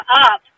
up